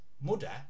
Mother